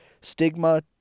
Stigma